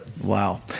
Wow